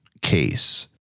case